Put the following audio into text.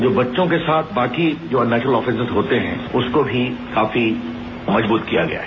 जो बच्चों के साथ बाकि जो अननेचुरल ऑफेसेंस होते हैं उसको भी काफी मजबूत किया गया है